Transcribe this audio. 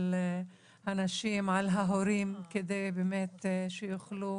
על הנשים ועל ההורים כדי שיוכלו